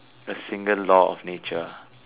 a single law of nature